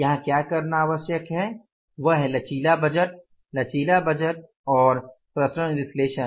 यहां क्या करना आवश्यक है वह है लचीला बजट लचीला बजट और विचलन विश्लेषण